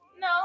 no